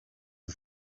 the